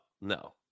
no